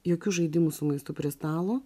jokių žaidimų su maistu prie stalo